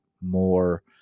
more